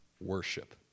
Worship